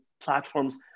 platforms